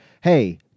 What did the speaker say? Hey